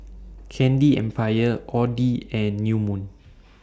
Candy Empire Audi and New Moon